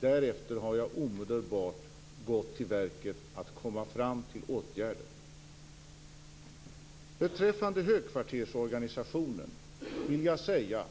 Därefter gick jag omedelbart till verket för att komma fram till vilka åtgärder som skulle vidtas. Beträffande högkvartersorganisationen vill jag säga